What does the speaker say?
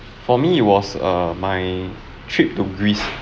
for me it was err my trip to greece